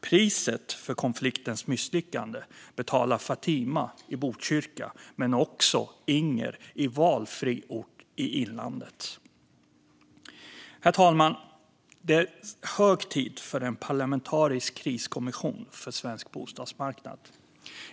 Priset för politikens misslyckande betalar Fatima i Botkyrka men också Inger i valfri ort i inlandet. Herr talman! Det är hög tid för en parlamentarisk kriskommission för svensk bostadsmarknad.